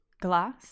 glass